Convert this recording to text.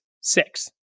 six